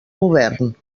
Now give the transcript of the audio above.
govern